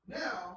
now